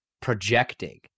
projecting